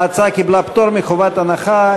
ההצעה קיבלה פטור מחובת הנחה.